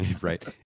right